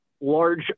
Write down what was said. large